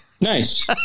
Nice